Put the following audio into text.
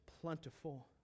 plentiful